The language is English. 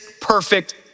perfect